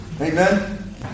Amen